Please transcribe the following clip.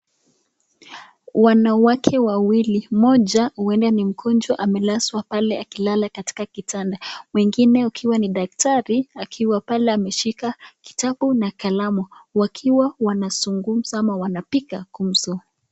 Wanawake wawili mmoja uenda ni mgonjwa amelazwa pale akilala katika kitanda, mwingine akiwa ni daktari akiwa pale ameshika kitabu na kalamu, wakiwa wanazungumza ama wanapinga gumzo.